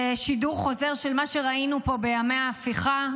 זה שידור חוזר של מה שראינו פה בימי ההפיכה,